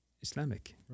Islamic